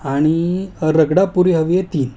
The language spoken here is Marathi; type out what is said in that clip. आणि रगडापुरी हवी आहे तीन